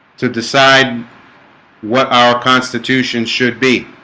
to decide what our constitution should be?